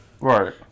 Right